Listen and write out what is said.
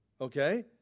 okay